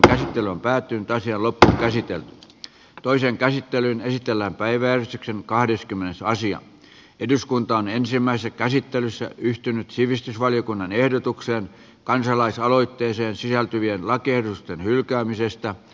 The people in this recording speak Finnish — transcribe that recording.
eduskunta on päätynyt olisi ollut käsityöt ja toisen käsittelyn esitellään päiväys kahdeskymmenes aasia eduskuntaan ensimmäisessä käsittelyssä yhtynyt sivistysvaliokunnan ehdotukseen kansalaisaloitteeseen sisältyvien lakiehdotusten hylkäämisestä